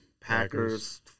Packers